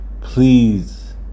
Please